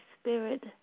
Spirit